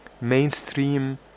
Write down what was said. mainstream